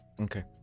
Okay